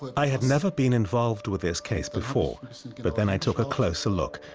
i had never been involved with this case before. but then i took a closer look.